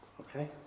Okay